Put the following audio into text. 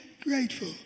grateful